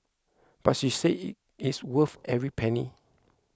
but she said it's worth every penny